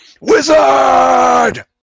Wizard